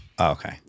Okay